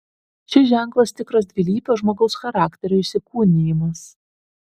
šis ženklas tikras dvilypio žmogaus charakterio įsikūnijimas